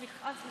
סליחה.